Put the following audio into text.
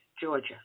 Georgia